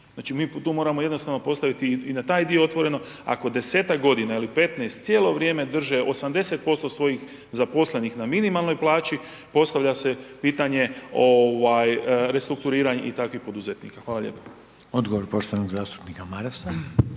Znači mi tu moramo jednostavno postaviti i na taj dio otvoreno ako 10-ak godina ili 15 cijelo vrijeme drže 80% svojih zaposlenih na minimalnoj plaći postavlja se pitanje restrukturiranja i takvih poduzetnika. Hvala lijepa. **Reiner, Željko (HDZ)** Odgovor poštovanog zastupnika Marasa.